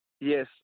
Yes